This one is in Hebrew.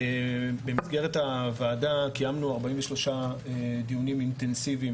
במסגרת הוועדה קיימנו 43 דיונים אינטנסיביים